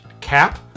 cap